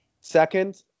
Second